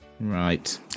Right